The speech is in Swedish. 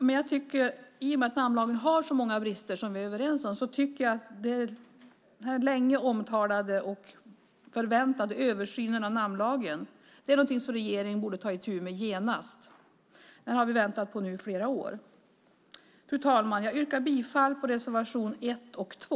Men i och med att namnlagen har så många brister som vi är överens om tycker jag att den länge omtalade och förväntade översynen av namnlagen är någonting som regeringen borde ta itu med genast. Den har vi väntat på i flera år. Fru talman! Jag yrkar bifall till reservationerna 1 och 2.